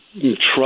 trust